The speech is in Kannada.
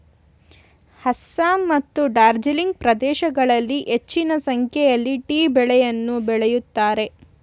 ಅಸ್ಸಾಂ ಮತ್ತು ಡಾರ್ಜಿಲಿಂಗ್ ಪ್ರದೇಶಗಳಲ್ಲಿ ಹೆಚ್ಚಿನ ಸಂಖ್ಯೆಯಲ್ಲಿ ಟೀ ಬೆಳೆಯನ್ನು ಬೆಳಿತರೆ